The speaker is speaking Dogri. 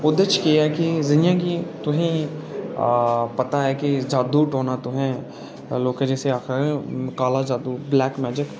ओह्दे च एह् की जि'यां की तुसें ई पता ऐ कि जादू टोना तुसें लोकें जिसी आखदे काला जादू ब्लैक मैज़िक